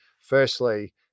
firstly